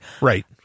Right